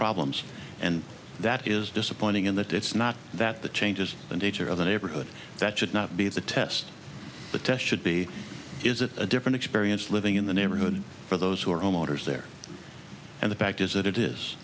problems and that is disappointing in that it's not that the changes the nature of the neighborhood that should not be the test the test should be is it a different experience living in the neighborhood for those who are homeowners there and the fact is that it is